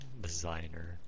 Designer